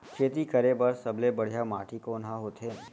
खेती करे बर सबले बढ़िया माटी कोन हा होथे?